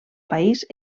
país